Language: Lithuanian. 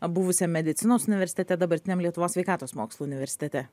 buvusiam medicinos universitete dabartiniam lietuvos sveikatos mokslų universitete